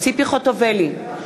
ציפי חוטובלי,